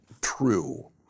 true